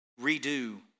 Redo